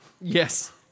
Yes